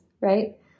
right